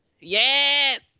yes